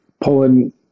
pulling